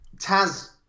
Taz